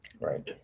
Right